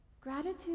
Gratitude